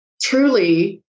truly